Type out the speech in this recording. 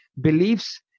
beliefs